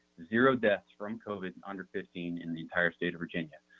zero deaths from covid under fifteen in the entire state of virginia.